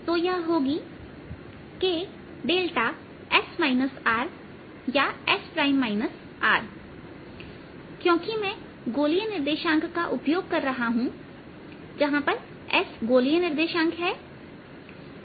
तो यह होगी kδ या s Rक्योंकि मैं गोलीय निर्देशांक का उपयोग कर रहा हूं जहां s गोलीय निर्देशांक है